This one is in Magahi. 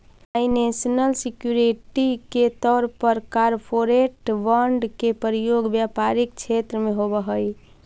फाइनैंशल सिक्योरिटी के तौर पर कॉरपोरेट बॉन्ड के प्रयोग व्यापारिक क्षेत्र में होवऽ हई